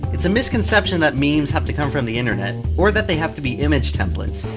it's a misconception that memes have to come from the internet, or that they have to be image templates.